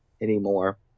anymore